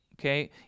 okay